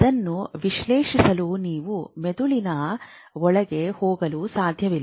ಅದನ್ನು ವಿಶ್ಲೇಷಿಸಲು ನೀವು ಮೆದುಳಿನ ಒಳಗೆ ಹೋಗಲು ಸಾಧ್ಯವಿಲ್ಲ